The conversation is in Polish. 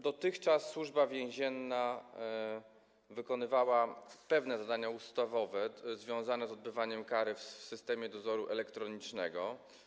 Dotychczas Służba Więzienna wykonywała pewne zadania ustawowe związane z odbywaniem kary w systemie dozoru elektronicznego.